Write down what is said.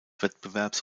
wettbewerbs